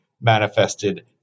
manifested